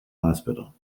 hospital